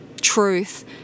truth